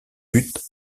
buts